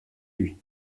lui